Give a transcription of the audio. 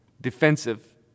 defensive